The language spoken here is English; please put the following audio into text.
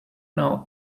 know